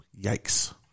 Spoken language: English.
Yikes